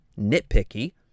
nitpicky